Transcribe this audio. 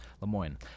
Lemoyne